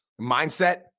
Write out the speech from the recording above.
Mindset